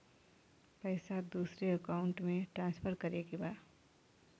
पैसा दूसरे अकाउंट में ट्रांसफर करें के बा?